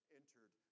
entered